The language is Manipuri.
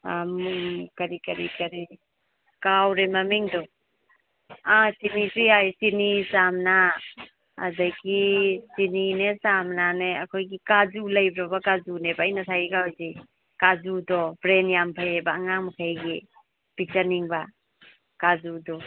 ꯀꯔꯤ ꯀꯔꯤ ꯀꯔꯤ ꯀꯥꯎꯔꯦ ꯃꯃꯤꯡꯗꯣ ꯑꯥ ꯆꯤꯅꯤꯁꯨ ꯌꯥꯏ ꯆꯤꯅꯤ ꯆꯥ ꯃꯅꯥ ꯑꯗꯒꯤ ꯆꯤꯅꯤꯅꯦ ꯆꯥꯃꯅꯥꯅꯦ ꯑꯩꯈꯣꯏꯒꯤ ꯀꯥꯖꯨ ꯂꯩꯕ꯭ꯔꯥꯕ ꯀꯥꯖꯨꯅꯦꯕ ꯑꯩ ꯉꯁꯥꯏꯒꯩ ꯀꯥꯎꯔꯤꯁꯦ ꯀꯥꯖꯨꯗꯣ ꯕ꯭ꯔꯦꯟ ꯌꯥꯝ ꯐꯩꯌꯦꯕ ꯑꯉꯥꯡ ꯃꯈꯩꯒꯤ ꯄꯤꯖꯅꯤꯡꯕ ꯀꯥꯖꯨꯗꯣ